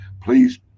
Please